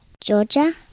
Georgia